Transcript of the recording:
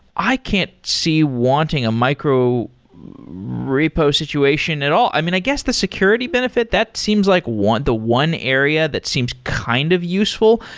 i can't see wanting a micro repo situation at all. i mean, i guess the security benefit, that seems like the one area that seems kind of useful.